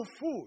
food